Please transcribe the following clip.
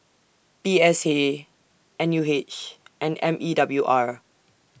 P S A N U H and M E W R